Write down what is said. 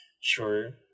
Sure